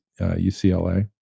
ucla